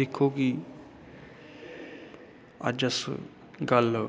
दिक्खो कि अज्ज अस गल्ल